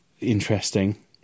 interesting